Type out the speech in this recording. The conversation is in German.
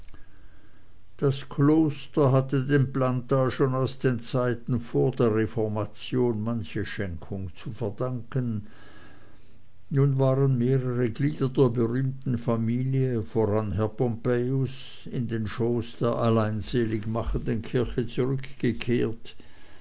das kloster hatte den planta schon aus den zeiten vor der reformation manche schenkung zu verdanken nun waren mehrere glieder der berühmten familie voran herr pompejus in den schoß der alleinseligmachenden kirche zurückgekehrt